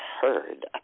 heard